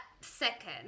second